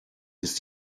ist